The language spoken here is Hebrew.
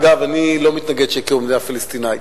אגב, אני לא מתנגד שיכירו במדינה פלסטינית,